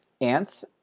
Ants